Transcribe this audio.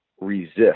resist